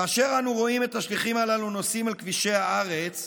כאשר אנו רואים את השליחים הללו נוסעים על כבישי הארץ,